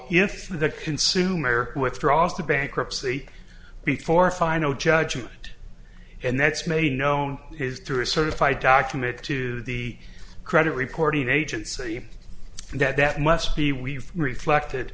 if the consumer withdraws to bankruptcy before final judgment and that's made known is through a certified document to the credit reporting agency that that must be we've reflected